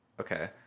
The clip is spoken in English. Okay